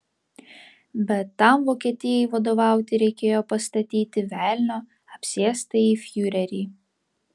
bet tam vokietijai vadovauti reikėjo pastatyti velnio apsėstąjį fiurerį